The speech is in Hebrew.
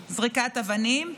של זריקת אבנים,